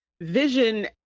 Vision